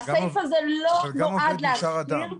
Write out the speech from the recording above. אבל גם עובד נשאר אדם.